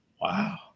Wow